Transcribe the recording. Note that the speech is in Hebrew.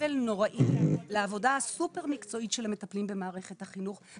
נעשה עוול נוראי לעבודה הסופר-מקצועית של המטפלים במערכת החינוך.